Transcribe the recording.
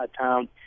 town